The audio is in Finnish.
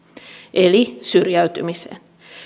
eli syrjäytymiseen